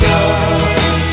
God